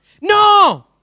No